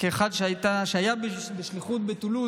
כאחד שהיה בשליחות בטולוז,